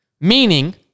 meaning